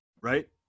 right